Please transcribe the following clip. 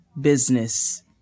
business